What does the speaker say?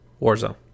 Warzone